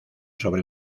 sobre